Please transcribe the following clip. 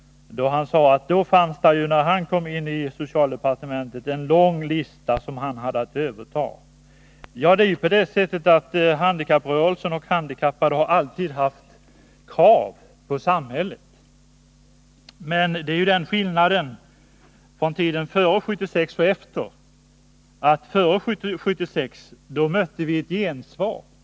Han sade att när han kom till socialdepartementet så fanns där en lång lista som han hade att överta. Det är ju så att de handikappade och handikapprörelsen alltid haft krav på samhället. Men det är den skillnaden mellan tiden före och efter 1976 att vi före 1976 mötte ett gensvar.